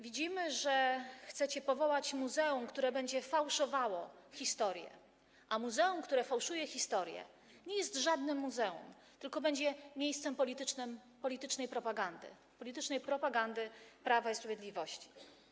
Widzimy, że chcecie powołać muzeum, które będzie fałszowało historię, a muzeum, które fałszuje historię, nie będzie żadnym muzeum, tylko będzie miejscem politycznej propagandy, politycznej propagandy Prawa i Sprawiedliwości.